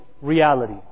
reality